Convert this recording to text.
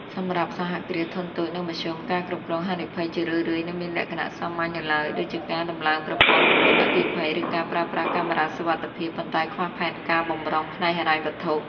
សម្រាប់ សហគ្រាសធុនតូច និងមធ្យមការគ្រប់គ្រងហានិភ័យជារឿយៗនៅមានលក្ខណៈសាមញ្ញនៅឡើយ ដូចជាការដំឡើងប្រព័ន្ធពន្លត់អគ្គិភ័យ ឬការប្រើប្រាស់កាមេរ៉ាសុវត្ថិភាព ប៉ុន្តែខ្វះផែនការបម្រុងផ្នែកហិរញ្ញវត្ថុ។